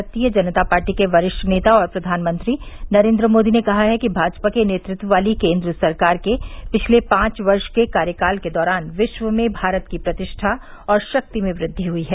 भारतीय जनता पार्टी के वरिष्ठ नेता और प्रधानमंत्री नरेन्द्र मोदी ने कहा है कि भाजपा के नेतृत्व वाली केंद्र सरकार के पिछले पांच वर्ष के कार्यकाल के दौरान विश्व में भारत की प्रतिष्ठा और शक्ति में वृद्धि हुई है